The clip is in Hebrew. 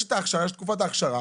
יש את תקופת ההכשרה,